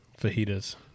fajitas